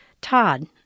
Todd